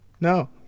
No